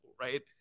right